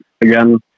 again